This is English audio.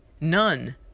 None